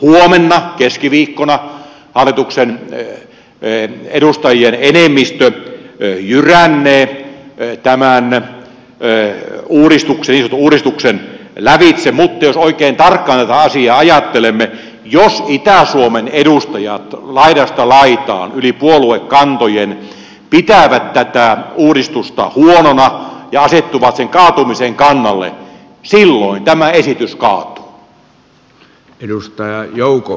huomenna keskiviikkona hallituksen edustajien enemmistö jyrännee tämän niin sanotun uudistuksen lävitse mutta jos oikein tarkkaan tätä asiaa ajattelemme niin jos itä suomen edustajat laidasta laitaan yli puoluekantojen pitävät tätä uudistusta huonona ja asettuvat sen kaatumisen kannalle silloin tämä esitys kaatuu